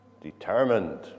determined